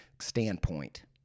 standpoint